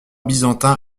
byzantin